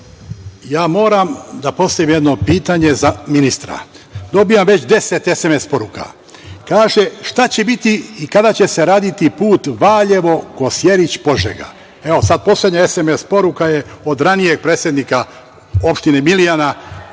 Ja moram da postavim jedno pitanje za ministra. Dobijam već 10 SMS poruka, gde pitaju - šta će biti i kada će se raditi put Valjevo-Kosjerić-Požega. Evo, sad, poslednja SMS poruka je od ranijeg predsednika opštine, Milijana.